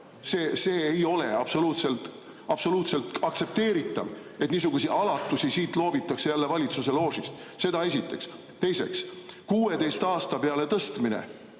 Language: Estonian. See ei ole absoluutselt aktsepteeritav, et niisuguseid alatusi loobitakse jälle valitsuse loožist. Seda esiteks. Teiseks, seksuaalse ea 16 aasta peale tõstmine